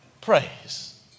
praise